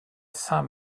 saint